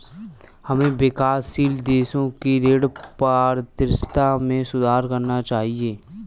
हमें विकासशील देशों की ऋण पारदर्शिता में सुधार करना चाहिए